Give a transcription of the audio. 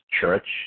church